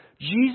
Jesus